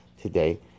today